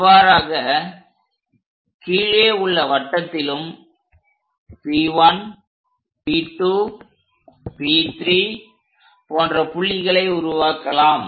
இவ்வாறாக கீழே உள்ள வட்டத்திலும் P1 P2 P3 போன்ற புள்ளிகளை உருவாக்கலாம்